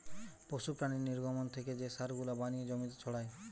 পশু প্রাণীর নির্গমন থেকে যে সার গুলা বানিয়ে জমিতে ছড়ায়